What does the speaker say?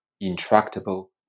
intractable